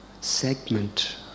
segment